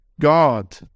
God